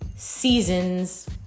Seasons